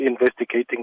investigating